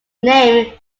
name